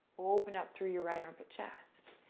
open up through your right armpit, chest.